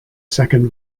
second